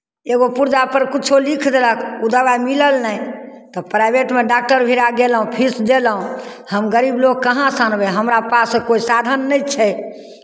एगो पुर्जापर किछो लिख देलक ओ दबाइ मिलल नहि तऽ प्राइभेटमे डाक्टर भिरा गयलहुँ फीस देलहुँ हम गरीब लोक कहाँसँ आनबै हमरा पास कोइ साधन नहि छै